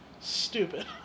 Stupid